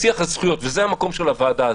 בשיח הזכויות, וזה המקום של הוועדה הזאת,